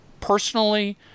Personally